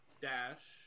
dash